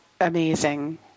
amazing